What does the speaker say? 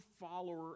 follower